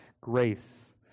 grace